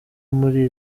muri